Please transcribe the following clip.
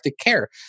care